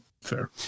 Fair